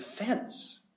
defense